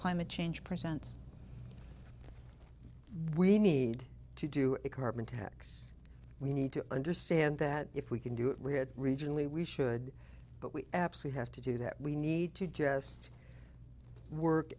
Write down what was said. climate change presents we need to do a carbon tax we need to understand that if we can do it we have regionally we should but we absolutely have to do that we need to just work